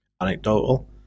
anecdotal